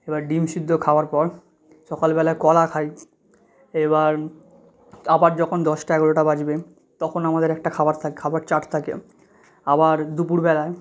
এবার ডিম সিদ্ধ খাওয়ার পর সকালবেলা কলা খাই এবার আবার যখন দশটা এগারোটা বাজবে তখন আমাদের একটা খাবার থাকে খাবার চাট থাকে আবার দুপুরবেলায়